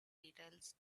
details